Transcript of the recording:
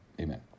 amen